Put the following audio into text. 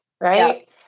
Right